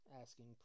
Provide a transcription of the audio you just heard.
asking